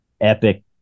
epic